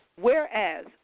Whereas